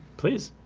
please.